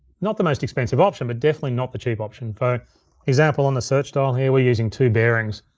not the most expensive option, but definitely not the cheap option. for example on the search dial here, we're using two bearings.